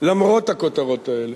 למרות הכותרות האלה,